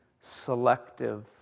selective